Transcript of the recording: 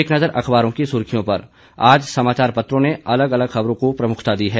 एक नजर अखबारों की सुर्खियों पर आज समाचार पत्रों ने अलग अलग खबरों को प्रमुखता दी है